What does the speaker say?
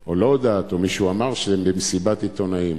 או לא הודעת, מישהו אמר שהם במסיבת עיתונאים.